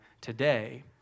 today